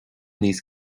níos